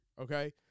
okay